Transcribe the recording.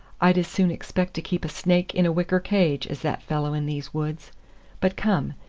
i'd as soon expect to keep a snake in a wicker cage as that fellow in these woods but come,